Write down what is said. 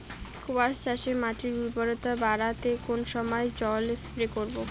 কোয়াস চাষে মাটির উর্বরতা বাড়াতে কোন সময় জল স্প্রে করব?